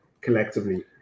collectively